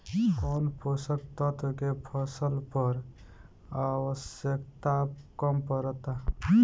कौन पोषक तत्व के फसल पर आवशयक्ता कम पड़ता?